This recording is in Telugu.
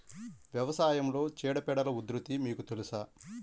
వ్యవసాయంలో చీడపీడల ఉధృతి మీకు తెలుసా?